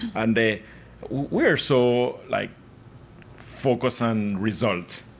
and we are so like focused on result.